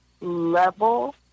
level